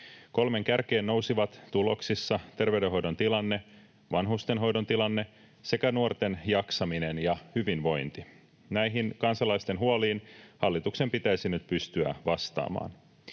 Kolmen kärkeen nousivat tuloksissa terveydenhoidon tilanne, vanhustenhoidon tilanne sekä nuorten jaksaminen ja hyvinvointi. Näihin kansalaisten huoliin hallituksen pitäisi nyt pystyä vastaamaan.